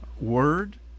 Word